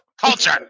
Culture